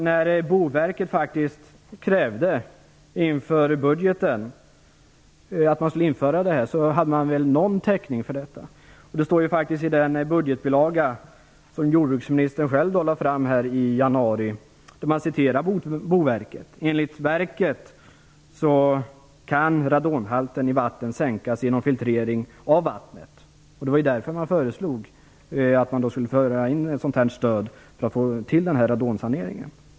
När Boverket inför budgeten krävde att man skulle införa det här hade väl verket någon täckning för det. Det står i den budgetbilaga som jordbruksministern själv lade fram i januari, i vilken man citerade Boverket, att enligt verket kan radonhalten i vatten sänkas genom filtrering av vattnet. Det var därför man föreslog att man skulle föra in ett sådant här stöd för att få till en radonsanering.